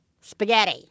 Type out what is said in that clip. Spaghetti